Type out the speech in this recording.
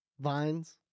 vines